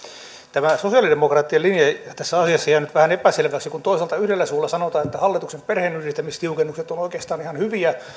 tämä sosialidemokraattien linja tässä asiassa on jäänyt vähän epäselväksi kun toisaalta yhdellä suulla sanotaan että hallituksen perheenyhdistämistiukennukset ovat oikeastaan ihan hyviä ja